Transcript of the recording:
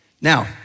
Now